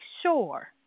sure